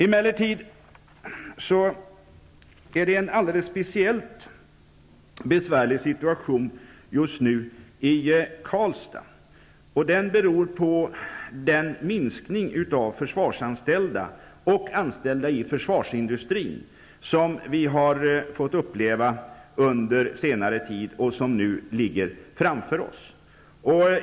Emellertid är situationen i Karlstad just nu speciellt besvärlig, och det beror på den minskning av antalet anställda inom försvaret och försvarsindustrin som har skett under senare tid och som kommer att fortsätta framöver.